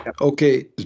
Okay